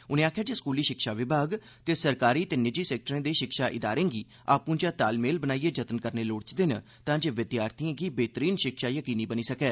उन्ने आखेआ जे स्कूली शिक्षा विभाग ते सरकारी ते निजी सैक्टरें दे शिक्षा इदारें गी आपूं चै तालमेल बनाइयै जतन करने लोइचदे न तांजे विद्यार्थिएं गी बेहतरीन शिक्षा यकीनी बनी सकै